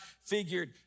figured